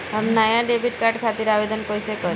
हम नया debit card खातिर आवेदन कईसे करी?